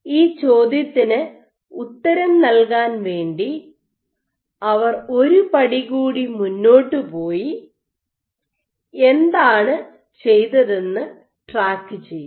ഈ ചോദ്യത്തിന് ഉത്തരം നൽകാൻ വേണ്ടി അവർ ഒരു പടി കൂടി മുന്നോട്ട് പോയി അവർ എന്താണ് ചെയ്തതെന്ന് ട്രാക്കു ചെയ്തു